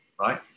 right